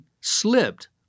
slipped